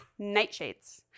nightshades